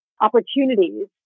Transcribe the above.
opportunities